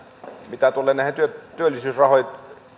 mitä tulee näihin